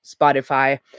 Spotify